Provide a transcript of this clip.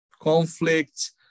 conflict